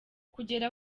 kugera